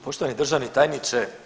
Poštovani državni tajniče.